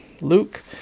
Luke